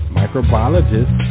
microbiologist